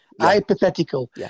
hypothetical